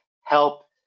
help